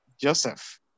Joseph